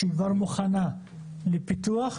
שהיא כבר מוכנה לפיתוח,